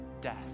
death